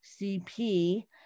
CP